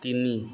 ତିନି